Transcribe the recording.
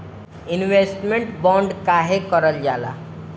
Investment bond काहे कारल जाला?